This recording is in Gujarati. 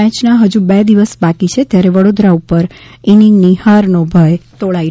મેચના હજુ બે દિવસ બાકી છે ત્યાર્રે વડોદરા ઉપર ઇનિંગની હારનો ભય તોળાઈ રહ્યો છે